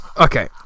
Okay